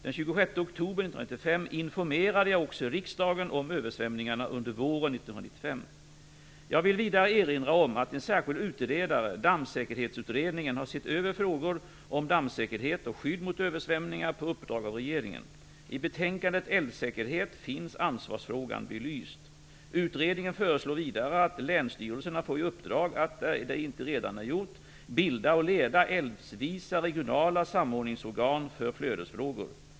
Den 26 oktober 1995 informerade jag också riksdagen om översvämningarna under våren Jag vill vidare erinra om att en särskild utredare, Dammsäkerhetsutredningen, har sett över frågor om dammsäkerhet och skydd mot översvämningar på uppdrag av regeringen. I betänkandet Älvsäkerhet finns ansvarsfrågan belyst. Utredningen föreslår vidare att länsstyrelserna får i uppdrag att, där det inte redan är gjort, bilda och leda älvsvisa regionala samordningsorgan för flödesfrågor.